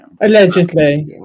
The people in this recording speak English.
Allegedly